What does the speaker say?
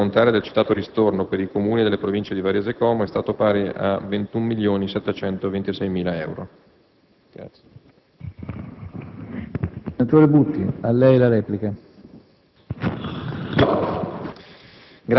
In particolare, si precisa che l'ammontare del citato ristorno per i comuni delle province di Varese e Como è stato pari a circa 21.726.000 euro.